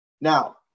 Now